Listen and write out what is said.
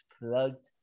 plugs